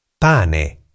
Pane